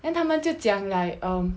then 他们就讲 like um